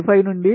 55 నుండి 0